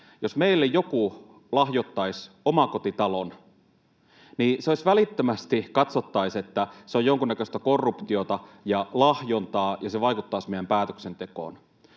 jos meille joku lahjoittaisi omakotitalon, niin välittömästi katsottaisiin, että se on jonkunnäköistä korruptiota ja lahjontaa ja se vaikuttaisi meidän päätöksentekoomme,